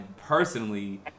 personally